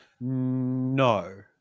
No